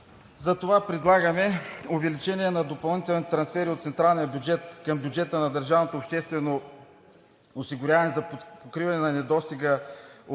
500 лв. Предлагаме увеличение на допълнителните трансфери от централния бюджет към бюджета на държавното обществено осигуряване за покриване на недостига